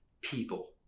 people